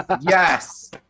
yes